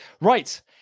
right